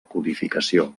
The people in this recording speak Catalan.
codificació